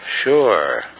Sure